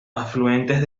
afluentes